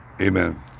Amen